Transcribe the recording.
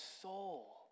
soul